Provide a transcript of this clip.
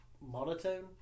monotone